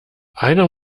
einer